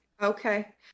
Okay